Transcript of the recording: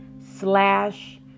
slash